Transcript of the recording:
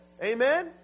Amen